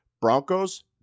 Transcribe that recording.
Broncos